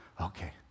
okay